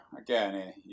again